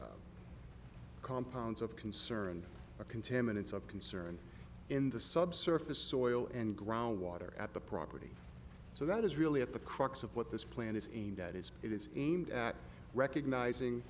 compounds of concern are contaminants of concern in the subsurface soil and ground water at the property so that is really at the crux of what this plan is aimed at is it is aimed at recognising